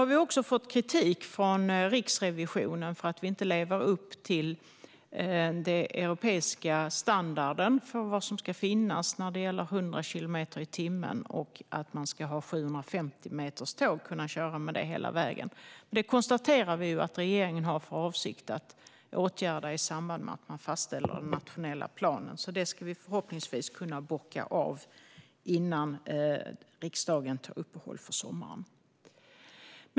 Vi har också fått kritik från Riksrevisionen för att vi inte lever upp till den europeiska standarden för vad som ska finnas när det gäller 100 kilometer i timmen och att man ska kunna köra med 750 meter långa tåg hela vägen. Vi konstaterar att regeringen har för avsikt att åtgärda detta i samband med att den nationella planen fastställs. Detta kan vi förhoppningsvis bocka av innan riksdagen gör uppehåll för sommaren.